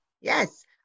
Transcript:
Yes